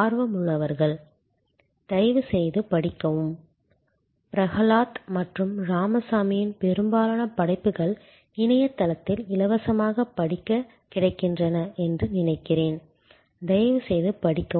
ஆர்வமுள்ளவர்கள் தயவு செய்து படிக்கவும் பிரஹலாத் மற்றும் ராமசாமியின் பெரும்பாலான படைப்புகள் இணையத்தில் இலவசமாகப் படிக்கக் கிடைக்கின்றன என்று நினைக்கிறேன் தயவுசெய்து படிக்கவும்